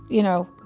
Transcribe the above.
you know,